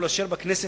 או לאשר בכנסת,